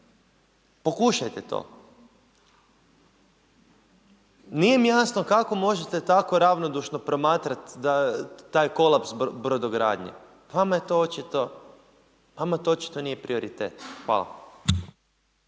Pokušajte to. Nije mi jasno kako možete tako ravnodušno promatrat taj kolaps brodogradnje. Pa vama to očito nije prioritet. Hvala.